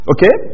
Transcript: Okay